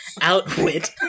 outwit